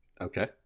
Okay